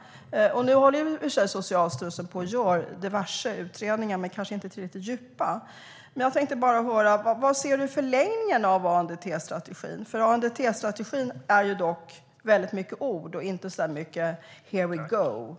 Nu håller i och för sig Socialstyrelsen på att göra diverse utredningar, men kanske inte tillräckligt djupa. Vad ser du i förlängningen av ANDT-strategin? ANDT-strategin är ju dock väldigt mycket ord och inte så mycket here we go.